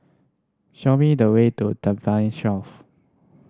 show me the way to Tampine